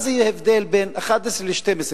מה זה, יהיה הבדל בין 11 ל-12?